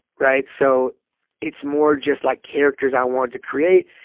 right? so it's more just like characters i wanted to create,